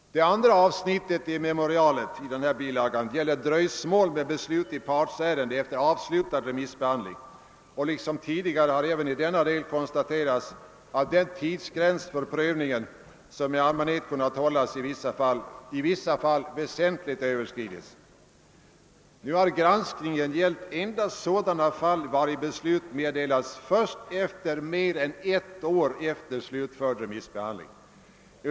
Det andra avsnittet i bilagan till konstitutionsutskottets memorial = gäller dröjsmål med beslut i partsärenden efter avslutad remissbehandling. Även i denna del har det konstaterats att tidsgränsen för prövningen i vissa fall har väsentligt överskridits. Granskningen har gällt endast sådana fall där beslut meddelats först efter mer än ett år efter slutförd remissbehandling.